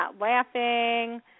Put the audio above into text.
laughing